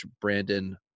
Brandon